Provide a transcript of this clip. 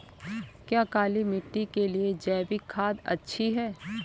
क्या काली मिट्टी के लिए जैविक खाद अच्छी है?